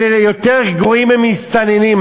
אלה יותר גרועים ממסתננים.